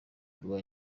rwa